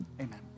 amen